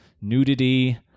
nudity